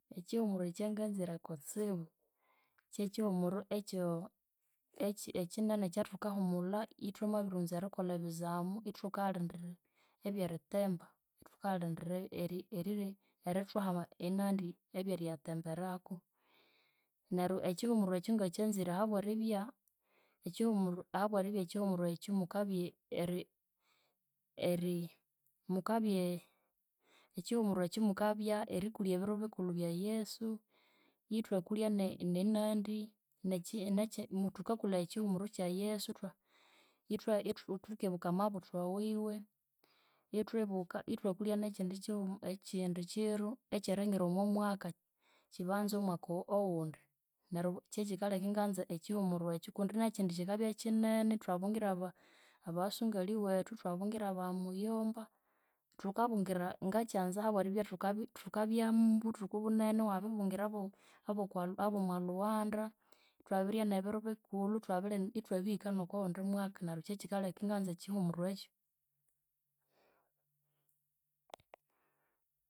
Ekyihumuru ekyanganzire kutsibu, kyekyihumuru ekyinene ekyathukahumulha ithwamabiriwunza erikolha ebizamu ithukayalindirira ebyeri themba. Ithukayalhindirira ebyeri yathemberako. Neryu ekyihumuru ekyu ngakyanzire habweribya ekyihumuru ahabwerbya ekyihumuru ekyu mukabya mukabya eri ekyihumuru ekyu mukabya erikulya ebiru bikulhu byayesu. Ithwakulya nenandi nekye thukakulhaya ekyiru kyikulhu kyayesu ithukibuka amabuthwa wiwe ithwibuka ithwakulya nekyindi kyi ekyindi kyiru ekyeringira omwamwaka kyibanza omwaka owundi. Neryu kyekyikalheka inganza ekyihumuru ekyu kundi nekyindi kyikakyinene ithwabungira aba sungali wethu iwabungira aba muyomba, thukabungira ngakyanza habweribya thukabyamu buthuku bunene iwabibungira abe abomolhughanda. Twabirya nebiru bikulhu, ithwabile ithwabihika nokwawundi mwaka. Kyekyikaleka inanza ekyihumuru ekyu.